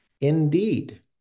indeed